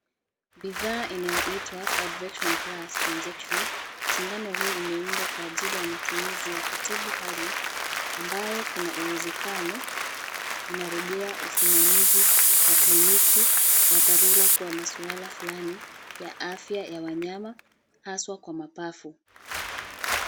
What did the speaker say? Bidhaa inayoitwa Parvexon plus injection. Sindano hii imeundwa kwa ajili ya matumizi ya kutibu hali, ambayo kuna uwezekano inarejea usimamizi wa kliniki wa dharura kwa masuala fulani ya Afya ya wanyama haswa kwa mapafu.